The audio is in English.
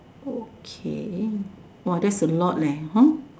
okay !wah! that's a lot leh hor